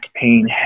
pain